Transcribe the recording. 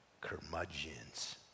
curmudgeons